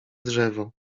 drzewo